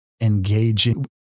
engaging